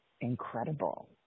incredible